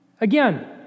again